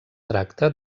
tracta